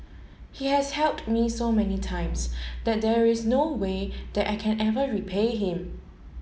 he has helped me so many times that there is no way that I can ever repay him